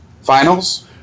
finals